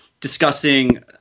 discussing